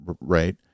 right